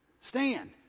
Stand